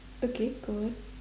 okay go on